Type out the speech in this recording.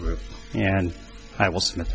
group and i will smith